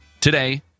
Today